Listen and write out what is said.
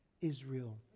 Israel